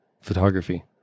photography